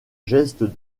geste